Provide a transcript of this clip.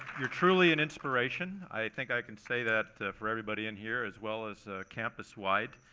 you're truly an inspiration, i think i can say that for everybody in here, as well as campus wide.